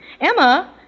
Emma